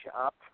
up